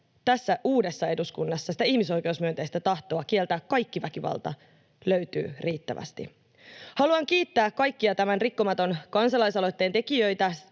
tässä uudessa eduskunnassa sitä ihmisoikeusmyönteistä tahtoa kieltää kaikki väkivalta löytyy riittävästi. Haluan kiittää kaikkia tämän Rikkomaton-kansalaisaloitteen tekijöitä,